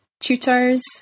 tutors